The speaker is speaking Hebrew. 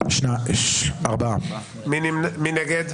3 נגד,